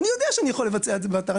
אני יודע שני יכול לבצע את זה באתר,